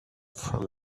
from